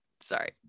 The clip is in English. Sorry